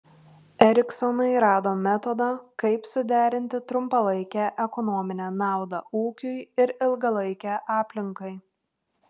eriksonai rado metodą kaip suderinti trumpalaikę ekonominę naudą ūkiui ir ilgalaikę aplinkai